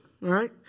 right